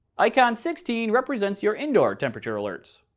icon sixteen represents your indoor temperature alerts.